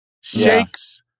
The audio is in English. Shakes